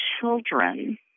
children